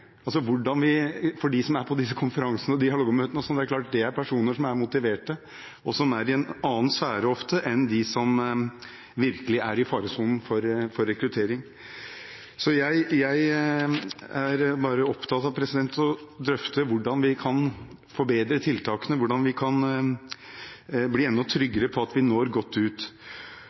de som er på disse konferansene og dialogmøtene etc., er personer som er motiverte, og som ofte er i en annen sfære enn dem som virkelig er i faresonen for rekruttering. Jeg er bare opptatt av å drøfte hvordan vi kan forbedre tiltakene, hvordan vi kan bli enda